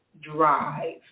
drive